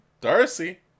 Darcy